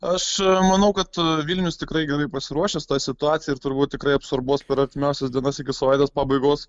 aš manau kad vilnius tikrai gerai pasiruošęs ta situacija ir turbūt tikrai absorbuos per artimiausias dienas iki savaitės pabaigos